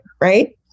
right